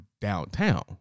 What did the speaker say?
downtown